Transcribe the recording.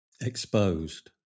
Exposed